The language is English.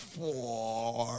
four